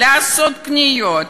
לעשות קניות,